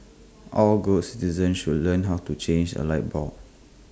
all good citizens should learn how to change A light bulb